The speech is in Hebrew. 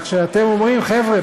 רק שאתם אומרים: חבר'ה,